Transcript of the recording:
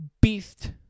Beast